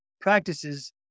practices